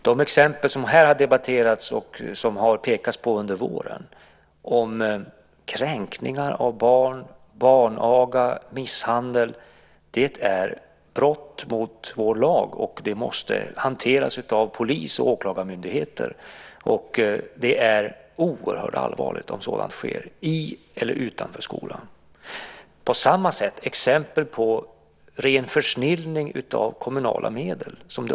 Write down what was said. De exempel som här har debatterats, och som har pekats på under våren, om kränkningar av barn, barnaga och misshandel är brott mot vår lag, och det måste hanteras av polis och åklagarmyndigheter. Det är oerhört allvarligt att sådant sker i eller utanför skolan. Det påstås att det sker ren försnillning av kommunala medel.